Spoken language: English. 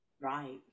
right